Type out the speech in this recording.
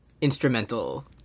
instrumental